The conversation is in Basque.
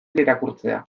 irakurtzea